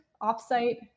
off-site